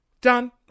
Done